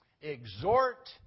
exhort